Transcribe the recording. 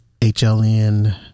hln